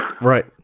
Right